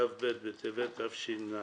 כ"ב בטבת תשע"ט,